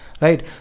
Right